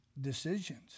decisions